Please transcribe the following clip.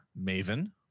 maven